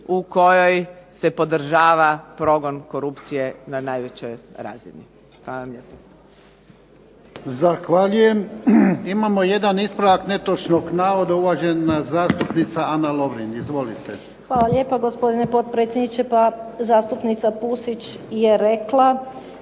u kojoj se podržava progon korupcije na najvišoj razini. Hvala vam lijepo.